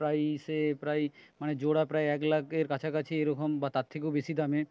প্রায় সে প্রায় জোড়া প্রায় এক লাখের কাছাকাছি এরকম বা তার থেকেও বেশি দামের